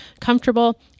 comfortable